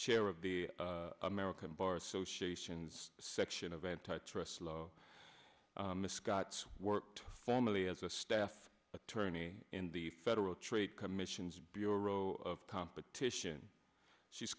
chair of the american bar association's section of antitrust law misc got worked formally as a staff attorney in the federal trade commission's bureau of competition she's